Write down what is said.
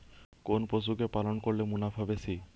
কোন পশু কে পালন করলে মুনাফা বেশি?